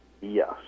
Yes